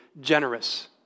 generous